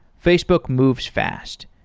facebook moves fast.